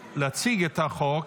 להציג את הצעת החוק,